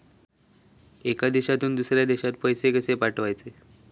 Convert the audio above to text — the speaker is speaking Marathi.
एका देशातून दुसऱ्या देशात पैसे कशे पाठवचे?